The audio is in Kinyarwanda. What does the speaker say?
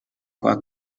kwa